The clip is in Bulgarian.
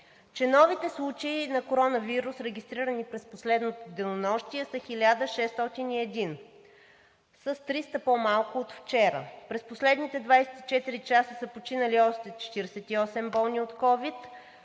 че новите случаи на коронавирус, регистрирани през последното денонощие, са 1601 – с 300 по-малко от вчера. През последните 24 часа са починали още 48 болни от ковид